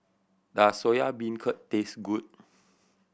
does Soya Beancurd taste good